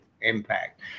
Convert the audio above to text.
impact